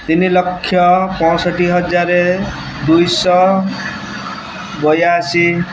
ତିନିଲକ୍ଷ ପଞ୍ଚଷଠି ହଜାର ଦୁଇଶହ ବୟାଅଶୀ